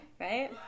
right